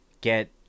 get